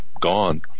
gone